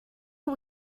are